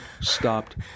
stopped